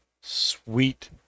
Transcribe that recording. Sweet